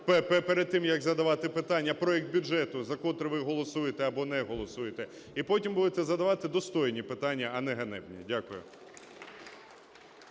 перед тим, як задавати питання, проект бюджету, за котрий ви голосуєте або не голосуєте, і потім будете задавати достойні питання, а не ганебні. Дякую.